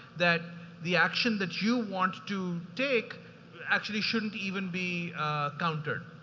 that the action that you want to take actually shouldn't even be countered.